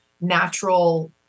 natural